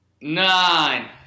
nine